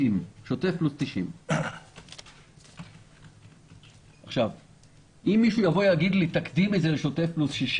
שוטף פלוס 90. אם מישהו יגיד לי: תקדים את זה לשוטף פלוס 60